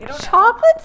chocolate